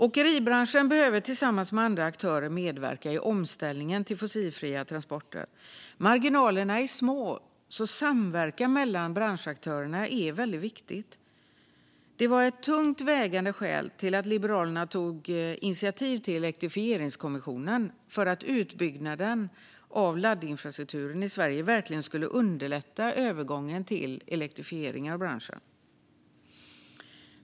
Åkeribranschen behöver tillsammans med andra aktörer medverka i omställningen till fossilfria transporter. Marginalerna är små, och samverkan mellan de olika branschaktörerna är viktig. Det var ett tungt vägande skäl till att Liberalerna tog initiativ till Elektrifieringskommissionen för att utbyggnaden av laddinfrastrukturen i Sverige verkligen skulle underlätta övergången till elektrifiering av branschen.